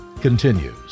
continues